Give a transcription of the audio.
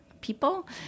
people